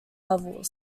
levels